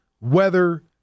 weather